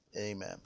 Amen